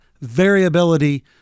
variability